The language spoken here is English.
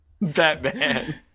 Batman